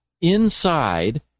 inside